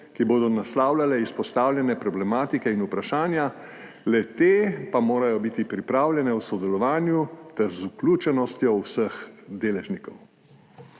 ki bodo naslavljale izpostavljene problematike in vprašanja, le-te pa morajo biti pripravljene v sodelovanju ter z vključenostjo vseh deležnikov.